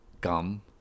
Gum